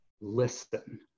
listen